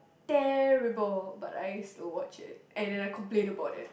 terrible but I used to watch it and then I complain about them